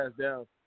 down